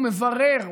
הוא מברר,